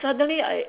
suddenly I